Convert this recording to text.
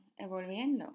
evolviendo